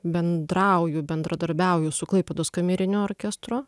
bendrauju bendradarbiauju su klaipėdos kameriniu orkestru